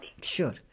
Sure